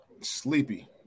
Sleepy